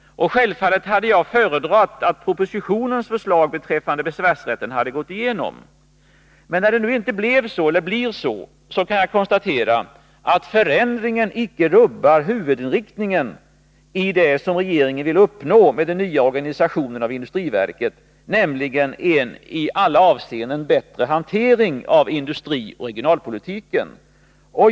Självfallet hade jag föredragit att propositionens förslag beträffande besvärsrätten hade gått igenom. Men när det nu inte blir så kan jag konstatera att förändringen icke rubbar huvudinriktningen i det som regeringen vill uppnå med den nya organisationen av industriverket, nämligen en i alla avseenden bättre hantering av industrioch regionalpolitiken.